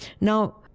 Now